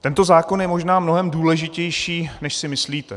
Tento zákon je možná mnohem důležitější, než si myslíte.